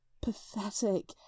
pathetic